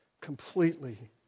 completely